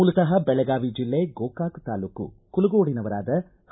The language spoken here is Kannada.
ಮೂಲತಃ ಬೆಳಗಾವಿ ಜಿಲ್ಲೆ ಗೋಕಾಕ ತಾಲೂಕು ಕುಲಗೋಡಿನವರಾದ ಹ